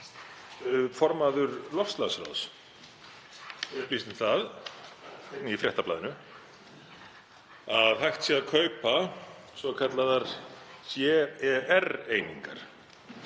formaður loftslagssjóðs upplýst um það í Fréttablaðinu að hægt sé að kaupa svokallaðar CER-einingar